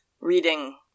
reading